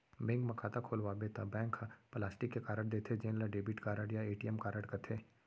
bank म खाता खोलवाबे त बैंक ह प्लास्टिक के कारड देथे जेन ल डेबिट कारड या ए.टी.एम कारड कथें